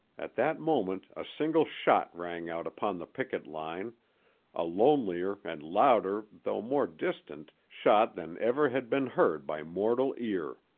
at that moment a single shot rang out upon the picket-line a lonelier and louder, though more distant, shot than ever had been heard by mortal ear!